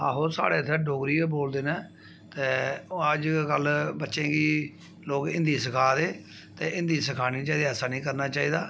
आहो साढ़े इत्थै डोगरी गै बोलदे न ते अजकल्ल बच्चें गी लोक हिंदी सिखा दे ते हिंदी सिखानी निं चाहिदी ऐसा निं करना चाहिदा